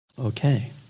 Okay